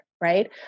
right